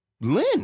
Lynn